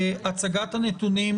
הצגת נתונים